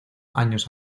años